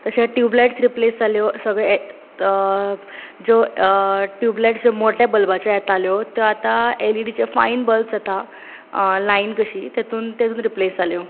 तशेंच tubelights replace जाल्यो सगळें ए जों ट्युबलाइट्ज जे मोट्या बल्बाचें येताल्यो ते आता एलइडीचे फायन बल्बज येता लायन कशी तेतूंत त्यो रिप्लेस जाल्यो